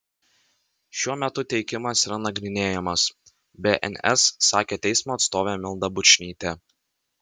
šiuo metu teikimas yra nagrinėjamas bns sakė teismo atstovė milda bučnytė